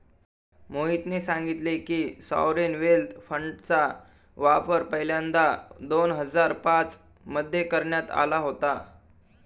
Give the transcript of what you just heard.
मोहितने सांगितले की, सॉवरेन वेल्थ फंडचा वापर पहिल्यांदा दोन हजार पाच मध्ये करण्यात आला होता